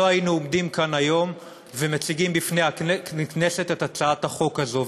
לא היינו עומדים כאן היום ומציגים בפני הכנסת את הצעת החוק הזאת.